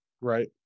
Right